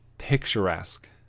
picturesque